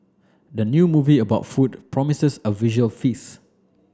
the new movie about food promises a visual feast